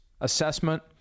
assessment